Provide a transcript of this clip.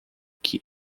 que